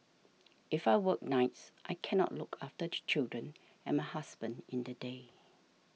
if I work nights I cannot look after the children and my husband in the day